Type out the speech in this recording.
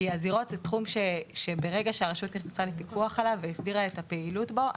כי ברגע שהרשות נכנסה לפיקוח על תחום הזירות והסדירה את הפעילות בו,